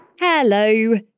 Hello